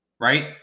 right